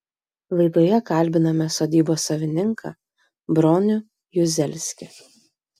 laidoje kalbiname sodybos savininką bronių juzelskį